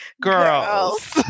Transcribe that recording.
girls